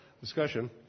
discussion